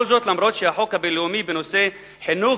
כל זאת אף שהחוק הבין-לאומי בנושא חינוך